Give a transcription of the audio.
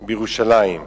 בירושלים.